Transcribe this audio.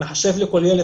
"מחשב לכל ילד",